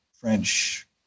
french